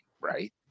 Right